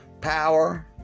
power